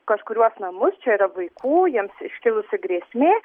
kažkuriuos namus čia yra vaikų jiems iškilusi grėsmė